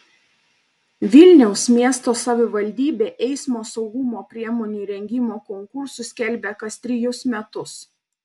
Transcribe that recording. vilniaus miesto savivaldybė eismo saugumo priemonių įrengimo konkursus skelbia kas trejus metus